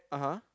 (uh huh)